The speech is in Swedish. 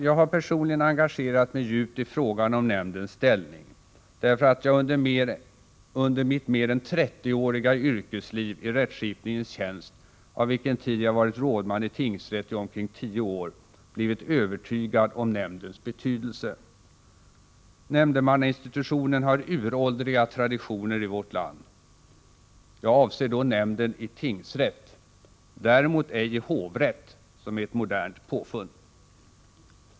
Jag har personligen engagerat mig djupt i frågan om nämndens ställning därför att jag under mitt mer än 30-åriga yrkesliv i rättsskipningens tjänst — av vilken tid jag varit rådman i tingsrätt i omkring 10 år — blivit övertygad om nämndens betydelse. Nämndemannainstitutionen har uråldriga traditioner i vårt land. Jag avser då nämnden i tingsrätt, däremot ej i hovrätt, som är ett modernt påfund.